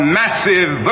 massive